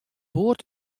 board